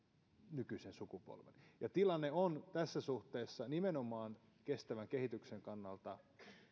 nykyisen sukupolven ja tässä suhteessa nimenomaan kestävän kehityksen kannalta